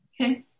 okay